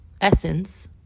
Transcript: essence